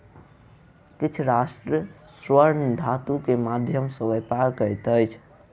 किछ राष्ट्र स्वर्ण धातु के माध्यम सॅ व्यापार करैत अछि